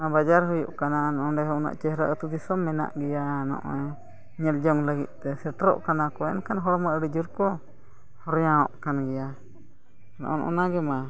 ᱦᱮᱸ ᱵᱟᱡᱟᱨ ᱦᱩᱭᱩᱜ ᱠᱟᱱᱟ ᱱᱚᱸᱰᱮ ᱩᱱᱟᱹᱜ ᱪᱮᱦᱨᱟ ᱟᱹᱛᱩ ᱫᱤᱥᱚᱢ ᱢᱮᱱᱟᱜ ᱜᱮᱭᱟ ᱱᱚᱜᱼᱚᱭ ᱧᱮᱞᱡᱚᱝ ᱞᱟᱹᱜᱤᱫᱼᱛᱮ ᱥᱮᱴᱮᱨᱚᱜ ᱠᱟᱱᱟ ᱠᱚ ᱮᱱᱠᱷᱟᱱ ᱦᱚᱲ ᱢᱟ ᱟᱹᱰᱤᱡᱳᱨ ᱠᱚ ᱦᱚᱲᱭᱟᱝᱼᱚᱜ ᱠᱟᱱ ᱜᱮᱭᱟ ᱚᱱ ᱟᱱᱟᱜᱮᱼᱢᱟ